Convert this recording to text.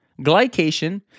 glycation